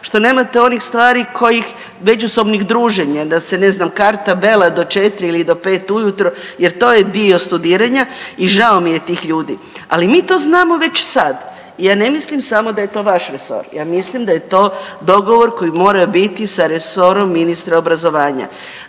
što nemate onih stvari kojih međusobnih druženja da se ne znam karta bela do 4 ili do 5 ujutro jer to je dio studiranja. I žao mi je tih ljudi. Ali mi to znamo već sad i ja ne mislim samo da je to vaš resor. Ja mislim da je to dogovor koji mora biti sa resorom ministra obrazovanja